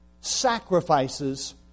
sacrifices